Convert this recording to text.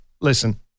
listen